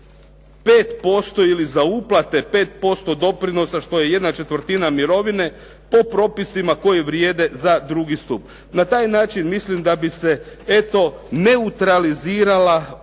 5% ili za uplate 5% doprinosa što je jedna četvrtina mirovine po propisima koji vrijede za drugi stup. Na taj način mislim da bi se eto neutralizirala ova